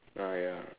ah ya